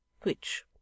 Which